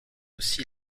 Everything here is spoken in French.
aussi